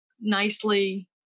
nicely